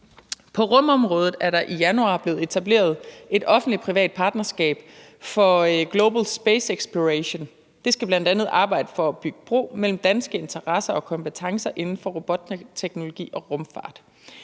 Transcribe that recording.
På rumområdet er der i januar blevet etableret et offentligt-privat partnerskab for global space exploration. Det skal bl.a. arbejde for at bygge bro mellem danske interesser og kompetencer inden for robotteknologi og rumfart.